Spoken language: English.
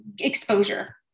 exposure